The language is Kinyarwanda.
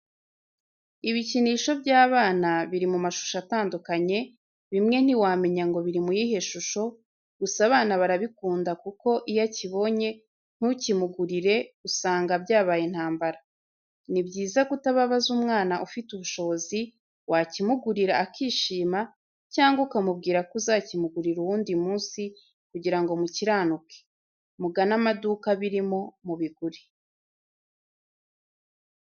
Ibikinisho by'abana biri mu mashusho atandukanye, bimwe ntiwamenya ngo biri mu yihe shusho, gusa abana barabikunda kuko iyo akibonye ntukimugurire usanga byabaye intambara. Ni byiza kutababaza umwana ufite ubushobozi wakimugurira akishima, cyangwa ukamubwira ko uzakimugurira uwundi munsi kugira ngo mukiranuke, mugane amaduka birimo mubigure.